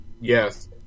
Yes